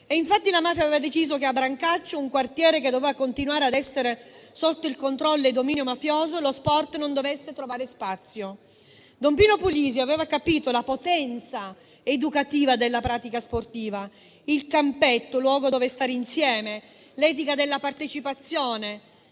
Infatti la mafia aveva deciso che a Brancaccio, un quartiere che doveva continuare ad essere sotto il controllo e il dominio mafiosi, lo sport non dovesse trovare spazio. Don Pino Puglisi aveva capito la potenza educativa della pratica sportiva, il campetto come luogo dove stare insieme, l'etica della partecipazione,